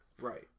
Right